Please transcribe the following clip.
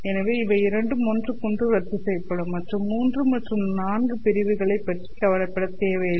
எனவே இவை இரண்டும் ஒன்றுக்கொன்று ரத்துசெய்யப்படும் மற்றும் 3 மற்றும் 4 பிரிவுகளைப் பற்றி கவலைப்பட வேண்டியதில்லை